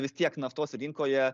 vis tiek naftos rinkoje